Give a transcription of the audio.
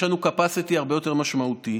יש לנו capacity הרבה יותר משמעותי,